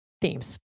themes